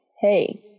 hey